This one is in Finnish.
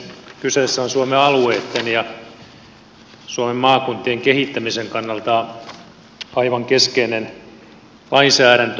kyseessä on suomen alueitten ja suomen maakuntien kehittämisen kannalta aivan keskeinen lainsäädäntö